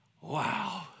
Wow